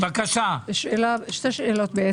שתי שאלות.